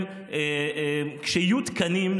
כשיהיו תקנים,